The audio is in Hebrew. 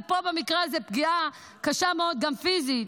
ופה במקרה הזה פגיעה קשה מאוד גם פיזית,